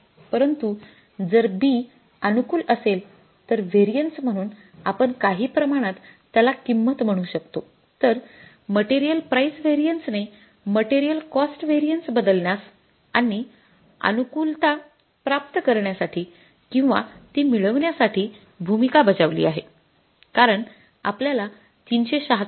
परंतु जर B अनुकूल असेल तर व्हेरिएन्स म्हणून आपण काही प्रमाणात त्याला किंमत म्हणू शकतो तर मटेरियल प्राइस व्हेरिएन्स ने मटेरियल कॉस्ट व्हेरिएन्स बदलण्यास आणि अनुकूलता प्राप्त करण्यासाठी किंवा ती मिळविण्या साठी भूमिका बजावली आहे कारण आपल्याला ३७६